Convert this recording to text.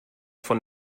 von